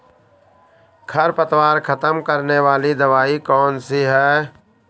खरपतवार खत्म करने वाली दवाई कौन सी है?